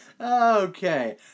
Okay